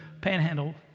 Panhandle